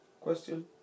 question